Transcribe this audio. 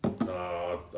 No